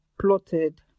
plotted